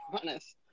honest